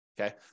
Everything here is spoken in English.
okay